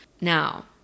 Now